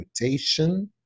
mutation